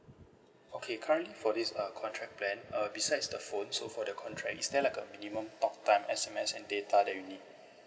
okay currently for this uh contract plan uh besides the phone so for the contract is there like a minimum talk time S_M_S and data that you need